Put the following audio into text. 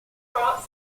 crops